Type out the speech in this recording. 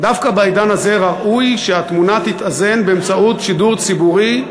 דווקא בעידן הזה ראוי שהתמונה תתאזן באמצעות שידור ציבורי,